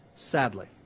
Sadly